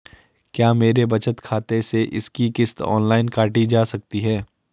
क्या मेरे बचत खाते से इसकी किश्त ऑनलाइन काटी जा सकती है?